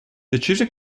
decise